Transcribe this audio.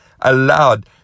allowed